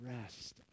Rest